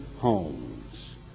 homes